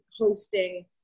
hosting